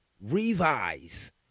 revise